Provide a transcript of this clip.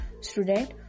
student